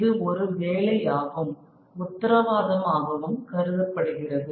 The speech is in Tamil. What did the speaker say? இது ஒரு வேலை ஆகும் உத்தரவாதம் ஆகவும் கருதப்படுகிறது